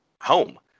home